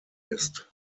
ist